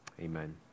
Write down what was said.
amen